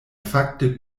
fakte